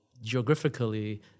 geographically